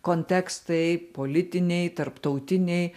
kontekstai politiniai tarptautiniai